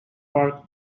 park